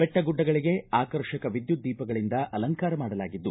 ಬೆಟ್ಟಗುಡ್ವಗಳಿಗೆ ಆಕರ್ಷಕ ವಿದ್ಯುದ್ದೀಪಗಳಿಂದ ಅಲಂಕಾರ ಮಾಡಲಾಗಿದ್ದು